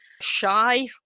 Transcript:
shy